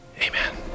Amen